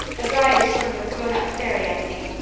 a dryad is sort of a grown-up fairy, i think.